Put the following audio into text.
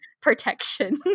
protection